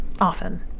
often